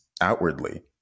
outwardly